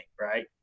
right